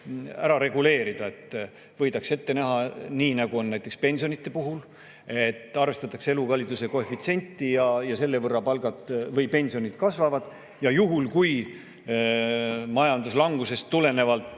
ära reguleerida. Võib ette näha nii, nagu on pensionide puhul, et arvestatakse elukalliduse koefitsienti ja selle võrra pensionid kasvavad. Juhul kui majanduslangusest tulenevalt